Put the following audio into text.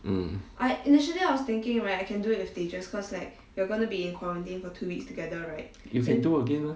mm you can do again mah